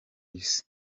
isi